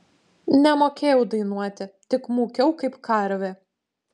nemokėjau dainuoti tik mūkiau kaip karvė